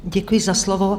Děkuji za slovo.